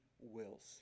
wills